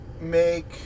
make